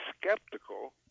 skeptical